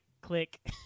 click